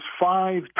five